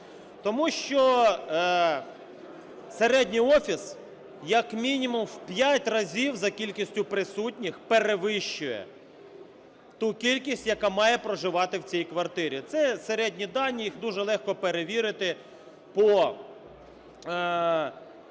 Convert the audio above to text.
Тому що середній офіс як мінімум в 5 разів за кількістю присутніх перевищує ту кількість, яка має проживати в цій квартирі. Це середні дані, їх дуже легко перевірити по… якщо